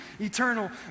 eternal